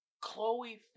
Chloe